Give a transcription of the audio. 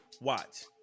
Watch